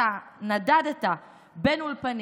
אתה נדדת בין אולפנים,